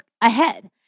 ahead